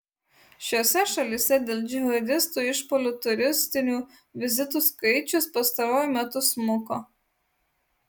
šiose šalyse dėl džihadistų išpuolių turistinių vizitų skaičius pastaruoju metu smuko